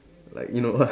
like you know ah